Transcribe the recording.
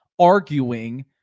arguing